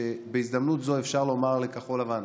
שבהזדמנות זאת אפשר לומר לכחול לבן